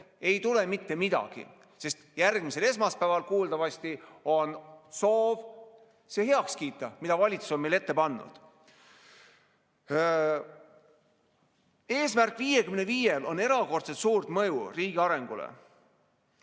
ei tule mitte midagi, sest järgmisel esmaspäeval kuuldavasti on soov see heaks kiita, mida valitsus on meile ette pannud. "Eesmärgil 55" on erakordselt suur mõju riigi arengule